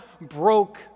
broke